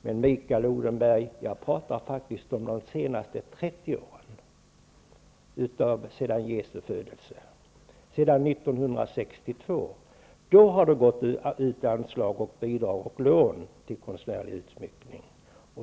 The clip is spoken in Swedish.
Men, Mikael Odenberg, jag pratar faktiskt om de senaste 30 åren. Sedan år 1962 har det gått ut anslag, bidrag och lån till konstnärlig utsmyckning.